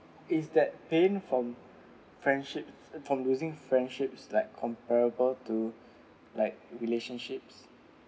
is that pain from friendships from losing friendships like comparable to like relationships